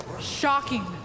shocking